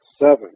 seven